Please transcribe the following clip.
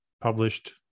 published